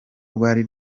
rwari